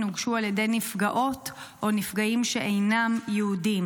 הוגשו על ידי נפגעות או נפגעים שאינם יהודים.